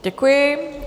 Děkuji.